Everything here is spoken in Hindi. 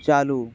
चालू